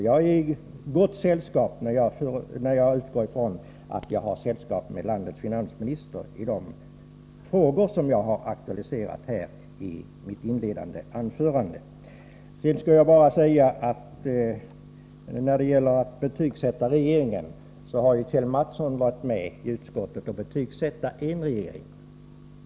Jag utgår ifrån att jag är i gott sällskap med landets finansminister när det gäller de frågor som jag aktualiserade i mitt inledningsanförande. När det gäller att betygsätta regeringen så har ju Kjell Mattsson varit med om att i utskottet betygsätta en regering.